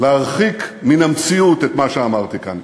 להרחיק מן המציאות את מה שאמרתי כאן.